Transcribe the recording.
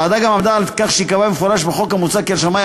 הוועדה גם עמדה על כך שייקבע במפורש בחוק המוצע כי על שמאי